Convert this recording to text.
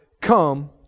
come